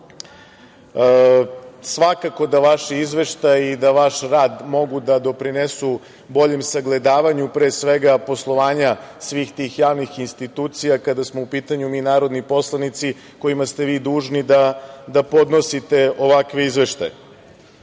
sektoru. Svakako da vaši izveštaji i da vaš rad mogu da doprinesu boljem sagledavanju, pre svega, poslovanja svih tih javnih institucija, kada smo u pitanju mi narodni poslanici kojima ste vi dužni da podnosite ovakve izveštaje. Ono